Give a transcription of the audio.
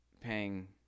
paying